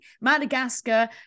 madagascar